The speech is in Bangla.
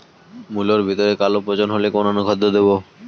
মুলোর ভেতরে কালো পচন হলে কোন অনুখাদ্য দেবো?